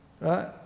right